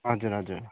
हजुर हजुर